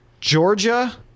Georgia